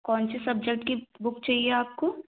कौन से सब्जेक्ट की बुक चाहिए आपको